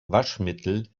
waschmittel